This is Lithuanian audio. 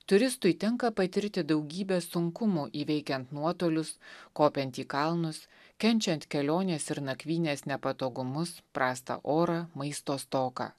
turistui tenka patirti daugybę sunkumų įveikiant nuotolius kopiant į kalnus kenčiant kelionės ir nakvynės nepatogumus prastą orą maisto stoką